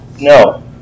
No